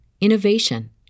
innovation